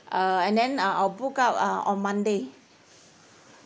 uh and then uh I'll book out uh on monday